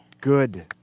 Good